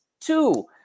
two